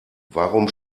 warum